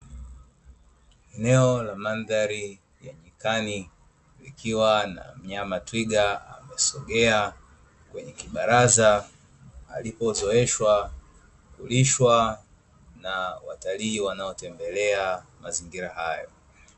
Eneo la mandhari ya nyikani ikiwa na mnyama twiga amesogea kwenye kibaraza, alipozoeshwa kulishwa na watalii wanaotembelea mazingira haya.